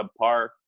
subpar